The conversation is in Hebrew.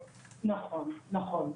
נכון, נכון.